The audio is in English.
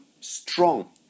strong